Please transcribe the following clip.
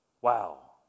Wow